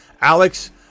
Alex